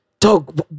Dog